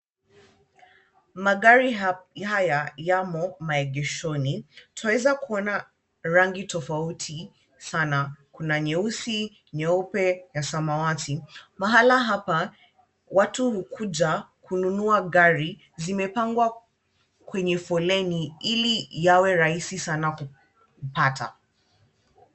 Magari haya yamo maegeshoni, twaweza kuona rangi tofauti sana, kuna nyeusi, nyeupe ya samawati. Mahala hapa watu hukuja kununua gari, zimepangwa kwenye foleni ili yawe rahisi sana kupata.